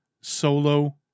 Solo